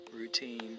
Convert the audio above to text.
routine